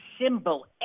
symbol